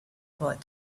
bullet